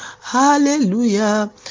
hallelujah